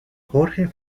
jorge